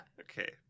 Okay